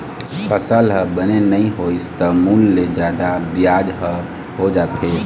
फसल ह बने नइ होइस त मूल ले जादा बियाज ह हो जाथे